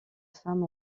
femme